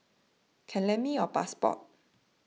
can lend me your passport